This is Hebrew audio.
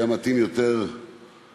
היה מתאים יותר שאנחנו,